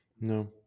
No